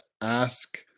ask